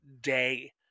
day